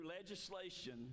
legislation